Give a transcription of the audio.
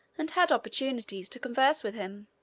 and had opportunities to converse with him.